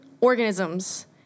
organisms